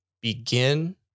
begin